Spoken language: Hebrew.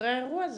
אחרי האירוע הזה.